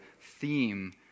theme